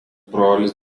brolis